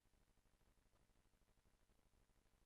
ואנחנו נפתח את הישיבה לזכרו של חברנו השר לשעבר,